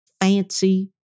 fancy